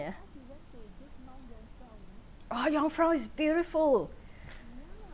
yeah oh your afro is beautiful